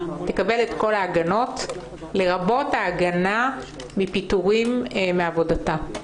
תקבל את כל ההגנות לרבות ההגנה מפיטורים מעבודתה.